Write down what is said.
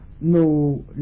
no